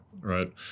right